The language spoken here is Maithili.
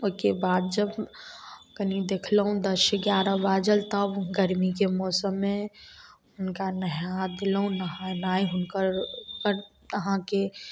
ओहिके बाद जब कनि देखलहुॅं दश एगारह बाजल तब गरमीके मौसममे हुनका नहा देलहुॅं नहेनाइ हुनकर अहाँके